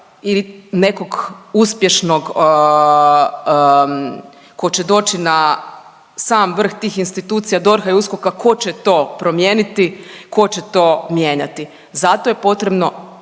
ili nekog uspješnog ko će doći na sam vrh tih institucija DORH-a i USKOK-a ko će to promijeniti, ko će to mijenjati. Zato je potrebno